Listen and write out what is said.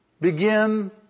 begin